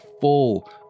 full